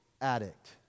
addict